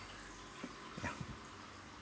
yeah